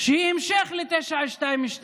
שהיא המשך ל-922,